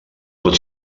pot